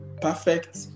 perfect